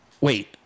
wait